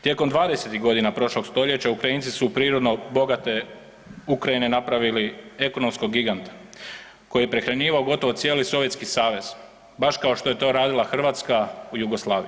Tijekom 20-ih godina prošlog stoljeća, Ukrajinci su od prirodno bogate Ukrajine napravili ekonomskog giganta koji je prehranjivao gotovo cijeli Sovjetski savez, baš kao što je to radila Hrvatska u Jugoslaviji.